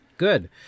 Good